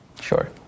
Sure